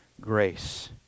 grace